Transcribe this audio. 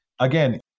again